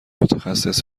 متخصص